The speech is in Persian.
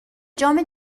جام